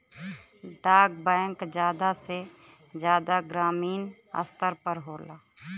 डाक बैंक जादा से जादा ग्रामीन स्तर पर होला